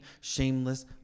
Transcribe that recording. shameless